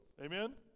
Amen